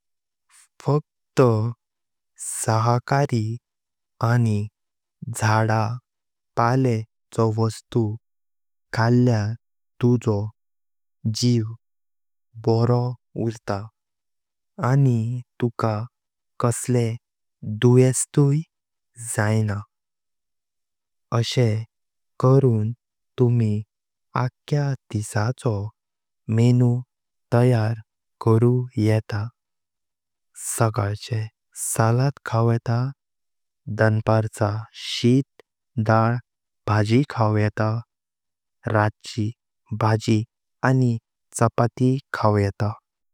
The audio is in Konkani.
फक्त सहकारी निजी झाडा पळेचो वस्तु खाल्यार तुज्यो जीव बारो उरता आणि तुका कसले दुयेस्तुय जाईना। अशे करुन तुमी आक्यां दिसाचो मेनू तयार करु येता। सकाळचे सलाड खायेतां। दाँपरचं शित डाल भाजि खायेतां। रातचि भाजि आणि चपाती खायेतां।